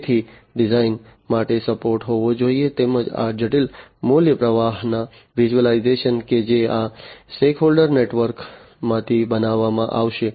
તેથી ડિઝાઇન માટે સપોર્ટ હોવો જોઈએ તેમજ આ જટિલ મૂલ્ય પ્રવાહના વિઝ્યુલાઇઝેશન કે જે આ સ્ટેકહોલ્ડર નેટવર્ક માંથી બનાવવામાં આવશે